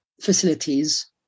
facilities